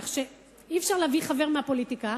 כך שאי-אפשר להביא חברה מהפוליטיקה,